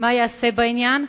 2. מה ייעשה בעניין?